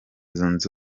zunze